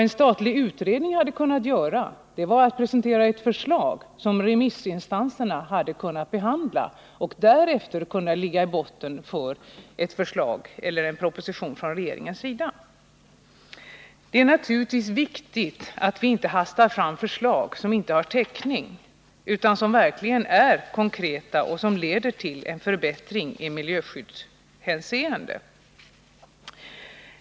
En statlig utredning hade kunnat presentera ett förslag som remissinstanserna hade kunnat behandla och som därefter kunnat ligga i botten för en proposition från regeringen. Det är naturligtvis viktigt att vi inte hastar fram förslag som inte har täckning — det måste vara förslag som verkligen är konkreta och som leder till en förbättring i miljöskyddshänseende.